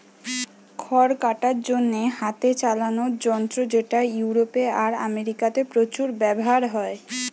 খড় কাটার জন্যে হাতে চালানা যন্ত্র যেটা ইউরোপে আর আমেরিকাতে প্রচুর ব্যাভার হয়